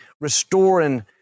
restoring